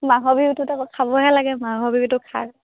মাঘৰ বিহুটোত আকৌ খাবহে লাগে মাঘৰ বিহুটো খায়